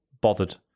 bothered